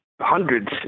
hundreds